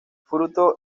fruto